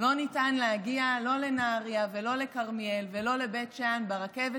לא ניתן להגיע לא לנהריה ולא לכרמיאל ולא לבית שאן ברכבת,